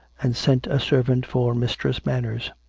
and sent a servant for mistress manners.